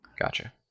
Gotcha